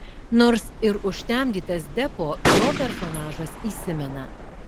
nors ir užtemdytas deppo jo personažas įsimena